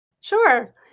Sure